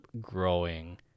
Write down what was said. growing